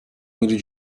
میری